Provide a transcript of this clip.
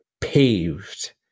paved